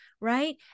right